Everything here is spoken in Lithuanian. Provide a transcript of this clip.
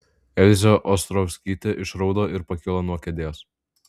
elzė ostrovskytė išraudo ir pakilo nuo kėdės